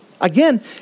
Again